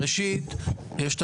יש את